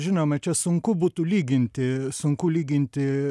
žinoma čia sunku būtų lyginti sunku lyginti